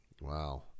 Wow